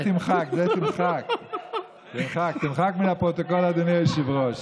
את זה תמחק, תמחק מן הפרוטוקול, אדוני היושב-ראש.